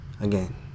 Again